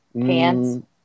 Pants